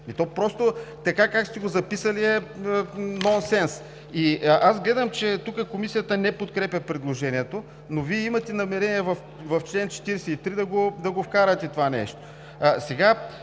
То просто така, както сте го записали, е нонсенс. Аз гледам, че тук Комисията не подкрепя предложението, но Вие имате намерение в чл. 43 да вкарате това нещо. Защо